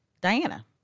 Diana